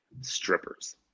strippers